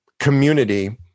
community